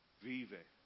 vive